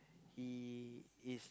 he is